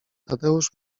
tadeusz